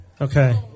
Okay